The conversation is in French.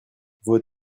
vos